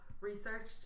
researched